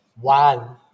One